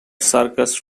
circus